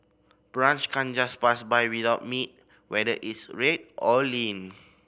brunch can't just pass by without meat whether it's red or lean